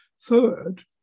Third